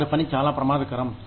వారి పని చాలా ప్రమాదకరం